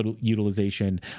utilization